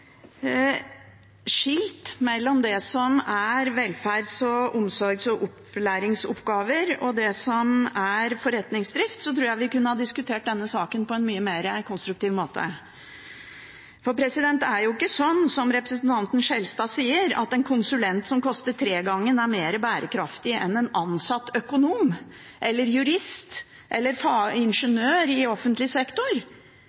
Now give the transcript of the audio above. skilt mellom det som er velferds-, omsorgs- og opplæringsoppgaver, og det som er forretningsdrift, tror jeg vi kunne ha diskutert denne saken på en mye mer konstruktiv måte. For det er jo ikke sånn, som representanten Skjelstad sier, at en konsulent som koster tregangen, er mer bærekraftig enn en ansatt økonom, jurist eller